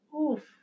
Oof